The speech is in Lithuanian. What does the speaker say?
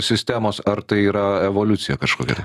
sistemos ar tai yra evoliucija kažkokia